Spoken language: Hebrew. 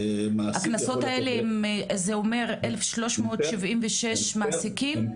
זה אומר אלף שלוש מאות שבעים ושישה מעסיקים?